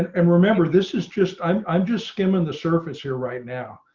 and remember, this is just, i'm i'm just skimming the surface here right now.